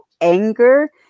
anger